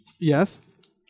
Yes